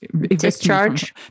discharge